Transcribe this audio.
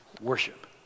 worship